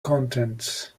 contents